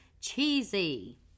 cheesy